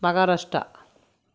Maharashtra